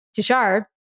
Tishar